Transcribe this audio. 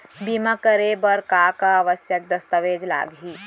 बीमा करे बर का का आवश्यक दस्तावेज लागही